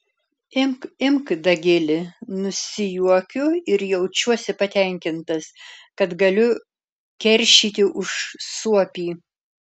imk imk dagili nusijuokiu ir jaučiuosi patenkintas kad galiu keršyti už suopį